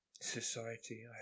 society